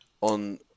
on